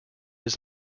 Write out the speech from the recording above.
his